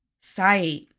sight